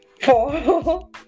four